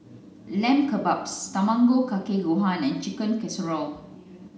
Lamb Kebabs Tamago kake gohan and Chicken Casserole